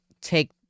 take